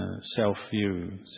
self-view